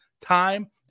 time